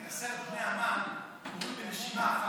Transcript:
את עשרת בני המן תלו בנשימה אחת?